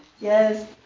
Yes